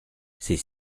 ses